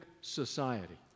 society